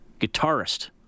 guitarist